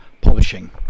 Publishing